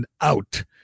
Out